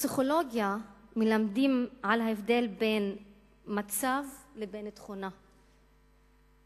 בפסיכולוגיה מלמדים על הבדל בין מצב לבין תכונה,